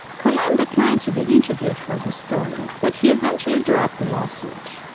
kahlon declined to be interviewed for this story but he eventually dropped the lawsuit.